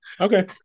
Okay